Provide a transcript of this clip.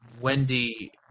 Wendy